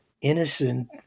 innocent